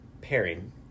pairing